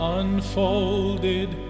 unfolded